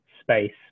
space